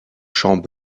champ